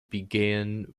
begin